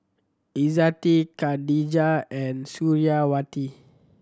Izzati Khadija and Suriawati